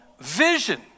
vision